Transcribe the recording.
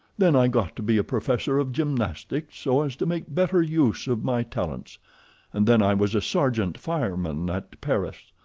then i got to be a professor of gymnastics, so as to make better use of my talents and then i was a sergeant fireman at paris,